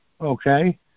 okay